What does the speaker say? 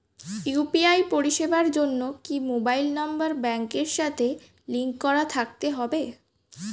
UPI পরিষেবার জন্য কি মোবাইল নাম্বার ব্যাংকের সাথে লিংক করা থাকতে হবে?